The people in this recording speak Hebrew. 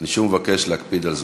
אני שוב מבקש להקפיד על זמנים.